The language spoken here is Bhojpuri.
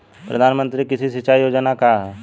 प्रधानमंत्री कृषि सिंचाई योजना का ह?